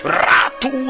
ratu